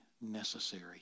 necessary